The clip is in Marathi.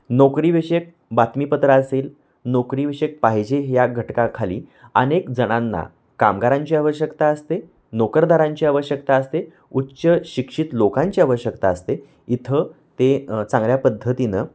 नोकरीविषयक बातमीपत्र असेल नोकरीविषयक पाहिजे ह्या घटकाखाली अनेक जणांना कामगारांची आवश्यकता असते नोकरदारांची आवश्यकता असते उच्चशिक्षित लोकांची आवश्यकता असते इथं ते चांगल्या पद्धतीनं